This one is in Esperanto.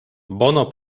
bono